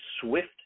swift